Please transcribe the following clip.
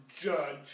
judge